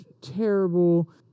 terrible